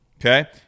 Okay